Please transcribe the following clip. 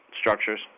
structures